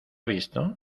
visto